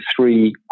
three